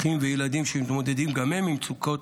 אחים וילדים שמתמודדים גם הם עם מצוקות